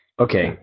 Okay